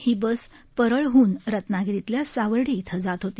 ही bus परळहन रत्नागिरीतल्या सावर्डे इथं जात होती